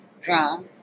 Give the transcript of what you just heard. drums